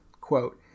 quote